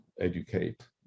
educate